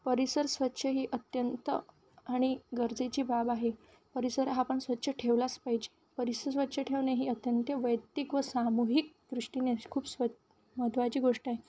परिसर स्वच्छ ही अत्यंत आणि गरजेची बाब आहे परिसर हा पण स्वच्छ ठेवलाच पाहिजे परिसर स्वच्छ ठेवणे ही अत्यंत वैयक्तिक व सामूहिक दृष्टीने अशी खूप स्वच महत्त्वाची गोष्ट आहे